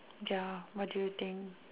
ya what do you think